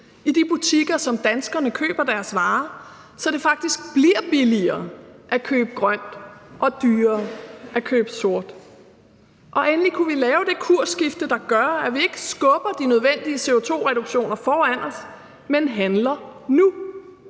i de butikker, som danskerne køber deres varer i, så det faktisk bliver billigere at købe grønt og dyrere at købe sort. Og endelig kunne vi lave det kursskifte, der gør, at vi ikke skubber de nødvendige CO2-reduktioner foran os, men handler nu.